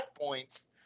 points